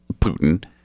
Putin